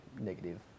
negative